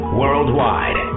worldwide